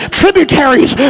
tributaries